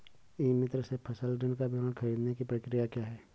ई मित्र से फसल ऋण का विवरण ख़रीदने की प्रक्रिया क्या है?